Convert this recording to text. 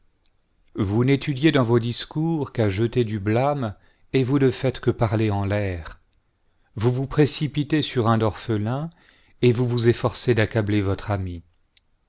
vous n'étudiez dans vos discours qu'à jeter du blâme et vous ne faites que parler en l'air vous vous précipitez sur un orphelin et vous vous efforcez d'accabler votre ami